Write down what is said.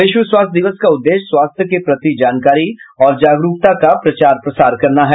विश्व स्वास्थ्य दिवस का उद्देश्य स्वास्थ्य के प्रति जानकारी और जागरूकता का प्रसार करना है